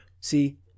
See